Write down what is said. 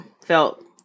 felt